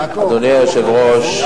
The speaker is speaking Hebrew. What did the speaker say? אדוני היושב-ראש,